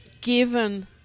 given